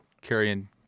carrying